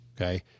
okay